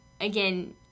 again